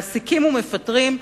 מעסיקים ומפטרים,